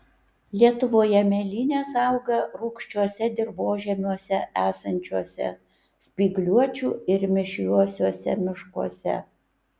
lietuvoje mėlynės auga rūgščiuose dirvožemiuose esančiuose spygliuočių ir mišriuosiuose miškuose